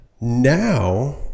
now